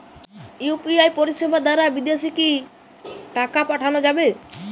UPI পরিষেবা দারা বিদেশে কি টাকা পাঠানো যাবে?